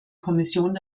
kommission